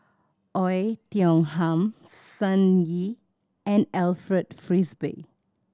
Oei Tiong Ham Sun Yee and Alfred Frisby